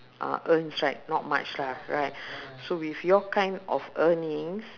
uh earns right not much lah right so with your kind of earnings